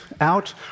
out